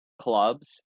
clubs